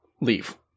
Leave